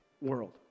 world